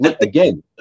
again